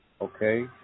Okay